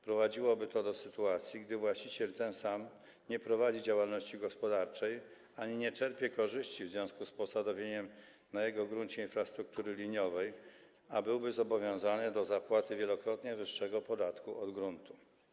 Prowadziłoby do sytuacji, w której właściciel sam nie prowadzi działalności gospodarczej ani nie czerpie korzyści w związku z posadowieniem na jego gruncie infrastruktury liniowej, a jest zobowiązany do zapłaty wielokrotnie wyższego podatku od gruntu.